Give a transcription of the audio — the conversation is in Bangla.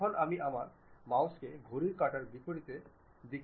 এখন আমি কতদূর জানতে চাই